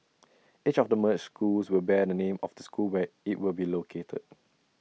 each of the merged schools will bear the name of the school where IT will be located